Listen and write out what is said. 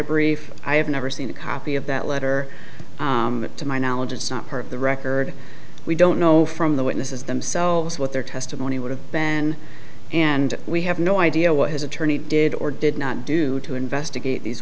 brief i have never seen a copy of that letter to my knowledge it's not part of the record we don't know from the witnesses themselves what their testimony would have been and we have no idea what his attorney did or did not do to investigate these